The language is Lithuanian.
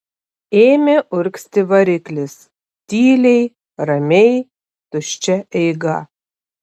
ėmė urgzti variklis tyliai ramiai tuščia eiga